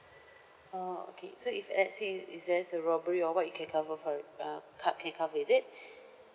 oh okay so if let's say if there's a robbery or what you can cover for it uh cov~ can cover is it